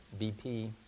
BP